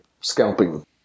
scalping